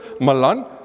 Malan